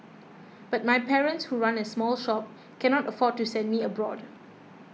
but my parents who run a small shop cannot afford to send me abroad